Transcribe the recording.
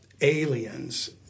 aliens